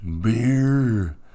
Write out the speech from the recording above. beer